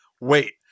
wait